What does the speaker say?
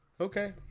okay